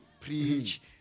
preach